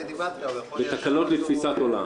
לאידיאולוגיה ותקלות לתפיסת עולם.